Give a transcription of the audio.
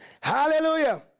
Hallelujah